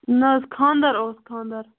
نہَ حظ خانٛدَر اوس خانٛدر